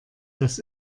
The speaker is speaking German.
dass